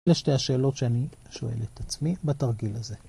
לשתי השאלות שאני שואל את עצמי בתרגיל הזה.